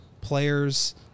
players